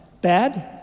Bad